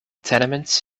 tenements